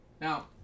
Now